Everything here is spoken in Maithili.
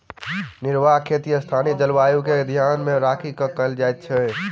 निर्वाह खेती स्थानीय जलवायु के ध्यान मे राखि क कयल जाइत छै